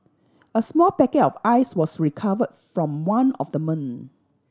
a small packet of Ice was recovered from one of the men